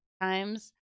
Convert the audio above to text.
times